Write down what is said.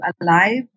alive